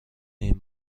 این